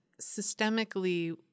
systemically